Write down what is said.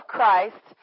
Christ